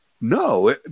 no